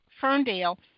Ferndale